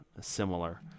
similar